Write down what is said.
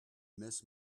miss